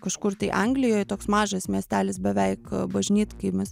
kažkur tai anglijoj toks mažas miestelis beveik bažnytkaimis